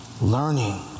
learning